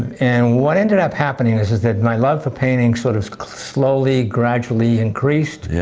and what ended up happening is is that my love for painting sort of slowly, gradually increased.